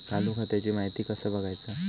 चालू खात्याची माहिती कसा बगायचा?